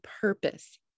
purpose